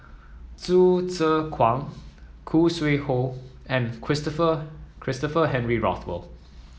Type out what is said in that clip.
Hsu Tse Kwang Khoo Sui Hoe and Christopher Christopher Henry Rothwell